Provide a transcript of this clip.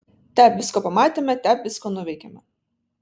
tep visko pamatėme tep visko nuveikėme